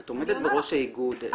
את עומדת בראש האיגוד.